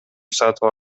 сатып